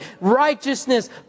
righteousness